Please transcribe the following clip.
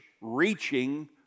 reaching